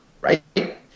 Right